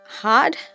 hard